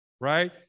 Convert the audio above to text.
right